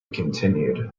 continued